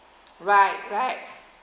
right right